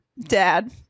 Dad